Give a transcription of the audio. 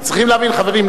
חברים,